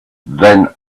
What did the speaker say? then